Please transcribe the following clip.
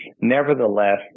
Nevertheless